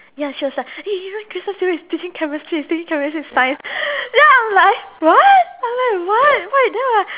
ya she was like eh you know Kristen Stewart is teaching chemistry is teaching chemistry and science ya I was like what I was like what what then I'm like